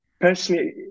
personally